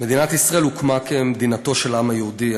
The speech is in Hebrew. מדינת ישראל הוקמה כמדינתו של העם היהודי.